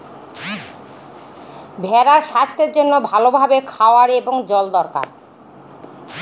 ভেড়ার স্বাস্থ্যের জন্য ভালো ভাবে খাওয়ার এবং জল দরকার